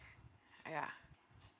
ya